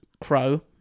crow